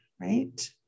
right